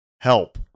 Help